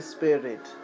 Spirit